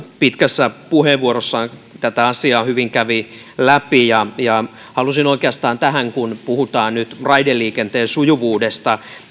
pitkässä puheenvuorossaan tätä asiaa hyvin kävi läpi ja ja halusin oikeastaan tässä kun puhutaan nyt raideliikenteen sujuvuudesta